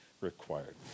required